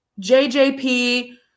JJP